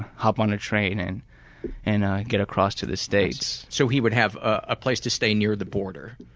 hop on a train and and get across to the states. so he would have a place to stay near the border?